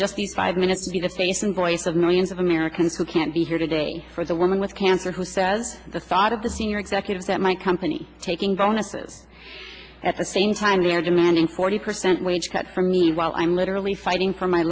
just these five minutes the the face and voice of millions of americans who can't be here today for the woman with cancer who says the thought of the senior executives at my company taking bonuses at the same time they're demanding forty percent wage cut for me while i'm literally fighting for my